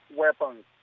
weapons